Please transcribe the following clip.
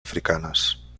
africanes